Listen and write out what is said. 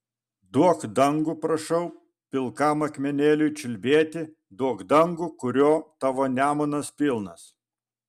duok dangų prašau pilkam akmenėliui čiulbėti duok dangų kurio tavo nemunas pilnas